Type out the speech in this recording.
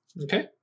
Okay